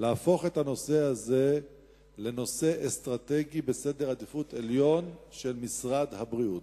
להפוך את הנושא הזה לנושא אסטרטגי בעדיפות עליונה של משרד הבריאות.